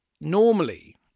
normally